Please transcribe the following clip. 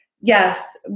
yes